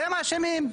הם האשמים,